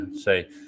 say